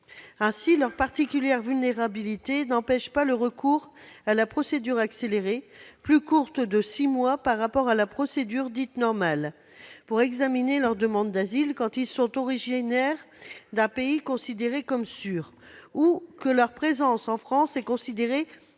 Ainsi, leur particulière vulnérabilité n'empêche pas le recours à la procédure accélérée, plus courte de six mois par rapport à la procédure dite « normale », pour examiner leur demande d'asile quand ils sont originaires d'un pays considéré comme sûr ou que leur présence en France est considérée comme